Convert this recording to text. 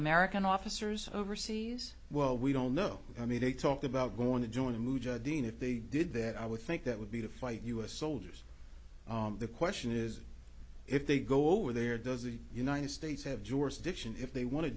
american officers overseas well we don't know i mean they talk about going to join the mujahideen if they did that i would think that would be a fight u s soldiers the question is if they go over there does the united states have jurisdiction if they want to